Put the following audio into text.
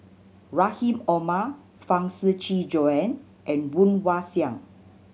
Rahim Omar Huang Shiqi Joan and Woon Wah Siang